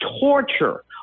torture